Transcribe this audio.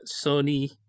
Sony